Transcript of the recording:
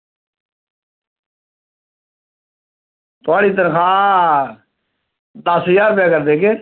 थोआड़ी तनखाह् दस ज्हार रपेआ करी देगे